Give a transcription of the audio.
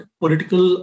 political